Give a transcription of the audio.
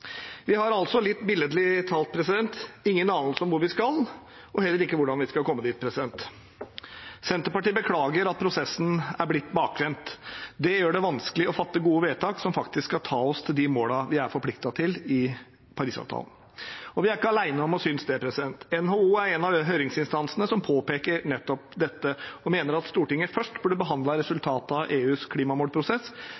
vi har sammen. Vi har altså, litt billedlig talt, ingen anelse om hvor vi skal, og heller ikke hvordan vi skal komme dit. Senterpartiet beklager at prosessen er blitt bakvendt. Det gjør det vanskelig å fatte gode vedtak som faktisk skal ta oss til de målene vi er forpliktet til i Parisavtalen. Vi er ikke alene om å synes det. NHO er en av høringsinstansene som påpeker nettopp dette, og mener at Stortinget først burde